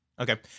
okay